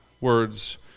words